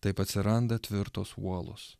taip atsiranda tvirtos uolos